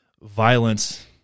violence